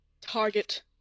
target